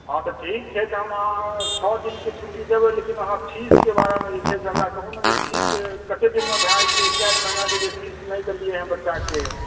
हँ तऽ ठीक छै तऽ हम छओ दिनके छुट्टी देबै लेकिन अहाँ फीसके बारेमे जे छै से हमरा कहु ने जे फीस कतेक दिनमे भए जेतै चारि महिनाके जे फीस नहि देलिए हइ बच्चाके